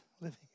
Living